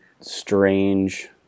strange